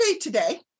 today